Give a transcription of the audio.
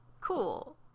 Cool